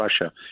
Russia